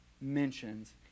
mentions